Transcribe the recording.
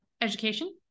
education